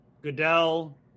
Goodell